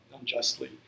unjustly